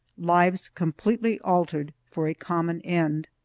lives completely altered, for a common end.